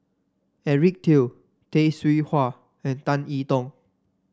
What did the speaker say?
Eric Teo Tay Seow Huah and Tan I Tong